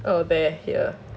oh they're here